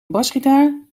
basgitaar